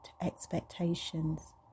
expectations